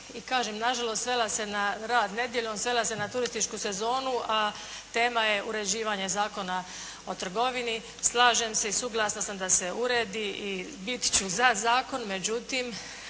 I kažem nažalost svela se na rad nedjeljom, svela se na turističku sezonu, a tema je uređivanje Zakona o trgovini. Slažem se i suglasna sam da se uredi i bit ću za zakon. Međutim